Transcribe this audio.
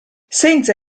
senza